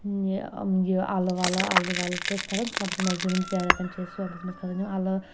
یہِ یہِ الہٕ ولہٕ الہٕ ولہٕ چھِ اسہِ کھسان سونتس منٛز یِمن ترٛٮ۪ن رٮ۪تن چھِ اسہِ کھسان سونتس منٛز کھسان یِم الہٕ